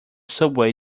subway